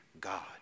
God